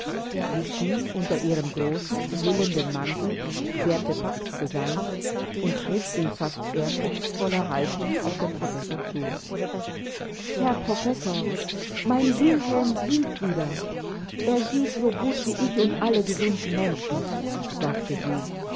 sie schien unter ihrem großen verhüllenden mantel sehr bepackt zu sein und schritt in fast ehrfurchtsvoller haltung auf den professor zu herr professor mein wilhelm sieht wieder er sieht so gut wie ich und alle gesunden menschen sagte sie